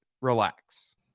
relax